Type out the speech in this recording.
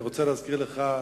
אני רוצה להזכיר לך,